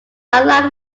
unlike